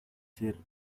ser